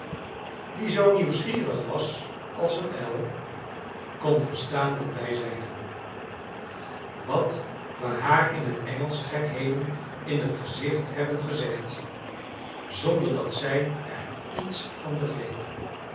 die zoo nieuwsgierig was als een uil kon verstaan wat wij zeiden wat we haar in t engelsch gekheden in t gezicht hebben gezegd zonder dat zij er iets van begreep